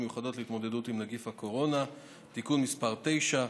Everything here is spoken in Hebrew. מיוחדות להתמודדות עם נגיף הקורונה (תיקון מס' 9),